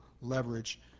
leverage